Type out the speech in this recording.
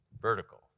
vertical